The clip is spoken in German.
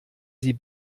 sie